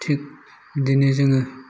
थिग बिदिनो जोङो